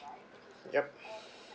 yup